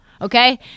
okay